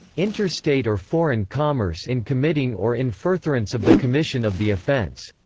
interstate or foreign commerce in committing or in furtherance of the commission of the offense,